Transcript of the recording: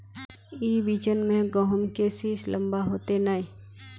ई बिचन में गहुम के सीस लम्बा होते नय?